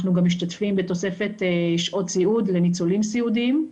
אנחנו גם משתתפים בתוספת שעות סיעוד לניצולים סיעודיים.